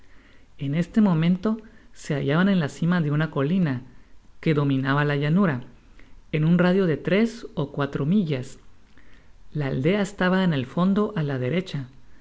kn este momento se hallaban en la cima de una colina que dominaba la llanura en un radio de tres ó cuatro millas la aldea estaba en el fondo á la derecha